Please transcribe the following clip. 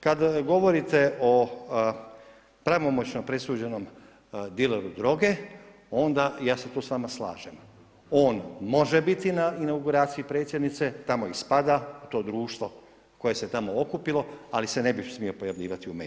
Kad govorite o pravomoćno presuđenom dileru droge, onda, ja se tu s vama slažem, on može biti na inauguraciji predsjednice, tamo i spada u to društvo koje se tamo okupilo, ali se ne bi smio pojavljivati u medijima.